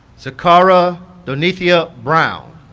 zakarra donethia brown